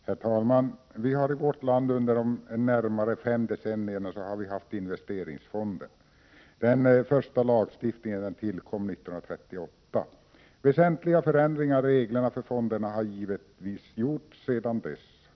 Herr talman! Vi har i vårt land under närmare fem decennier haft investeringsfonder; den första lagstiftningen tillkom 1938. Väsentliga förändringar i reglerna för fonderna har givetvis gjorts sedan dess.